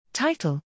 Title